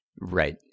right